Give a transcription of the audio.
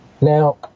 Now